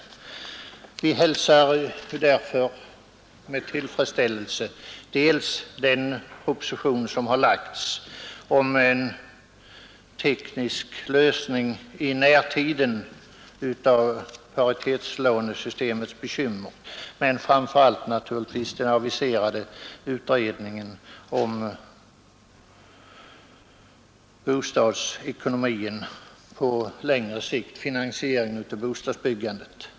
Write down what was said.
Vi hälsar därför med tillfredsställelse den proposition som har lagts om en teknisk lösning i närtiden av paritetslånesystemets bekymmer, men framför allt naturligtvis den aviserade utredningen om bostadsekonomin på längre sikt och finansieringen av bostadsbyggandet.